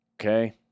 okay